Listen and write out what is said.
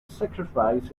sacrifice